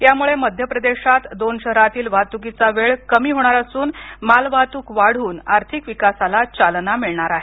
यामुळे दोन शहरातील वाहतुकीचा वेळ कमी होणार असून माल वाहतूक वाढून आर्थिक विकासाला चालना मिळणार आहे